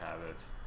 habits